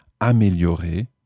améliorer